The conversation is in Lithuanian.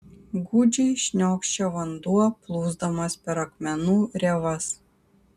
gūdžiai šniokščia vanduo plūsdamas per akmenų rėvas